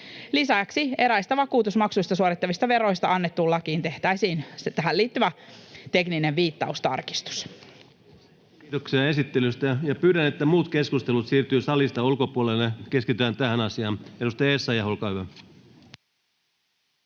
Lisäksi eräistä vakuutusmaksuista suoritettavista veroista annettuun lakiin tehtäisiin tähän liittyvä tekninen viittaustarkistus. Kiitoksia esittelystä. — Ja pyydän, että muut keskustelut siirtyvät salista ulkopuolelle. Keskitytään tähän asiaan. — Edustaja Essayah, olkaa hyvä.